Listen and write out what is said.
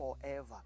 forever